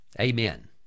amen